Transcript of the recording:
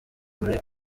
muri